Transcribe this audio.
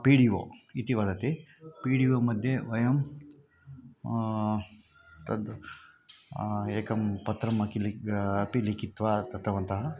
P D O इति वदति P D O मध्ये वयं तद् एकं पत्रमं अलिखन् अपि लिखित्वा दत्तवन्तः